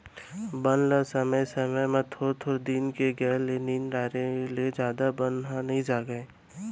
बन ल समे समे म थोर थोर दिन के गए ले निंद डारे ले जादा बन नइ जामय